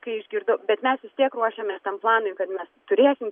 kai išgirdau bet mes vis tiek ruošiamės tam planui kad mes turėsim